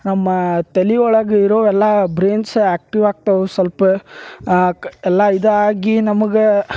ನಮ್ಮ ತಲಿಯೊಳಗೆ ಇರೊ ಎಲ್ಲಾ ಬ್ರೇನ್ಸ್ ಆಕ್ಟಿವ್ ಆಗ್ತವೆ ಸ್ವಲ್ಪ ಎಲ್ಲ ಇದಾಗಿ ನಮಗೆ